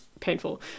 Painful